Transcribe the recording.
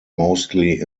mostly